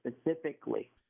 specifically